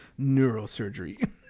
neurosurgery